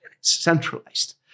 centralized